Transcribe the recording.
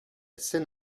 seine